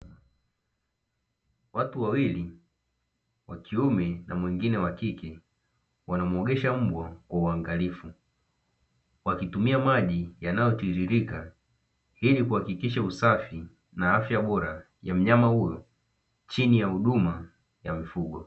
Watu wawili wakiume na mwingine wa kike, wanamuogesha mbwa kwa uangalifu wakitumia maji yanayo tiririka, ili kuhakikisha usafi na afya bora ya mnyama huyo chini ya huduma ya mifugo.